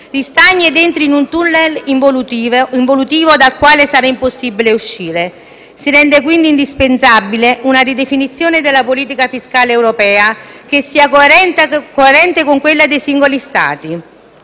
ristagni ed entri in un tunnel involutivo dal quale sarà impossibile uscire. Si rende quindi indispensabile una ridefinizione della politica fiscale europea che sia coerente con quella dei singoli Stati.